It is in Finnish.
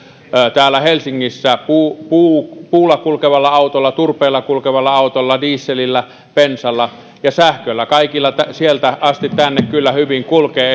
täällä helsingissä puulla kulkevalla autolla turpeella kulkevalla autolla dieselillä bensalla ja sähköllä ja kaikilla sieltä asti tänne kyllä hyvin kulkee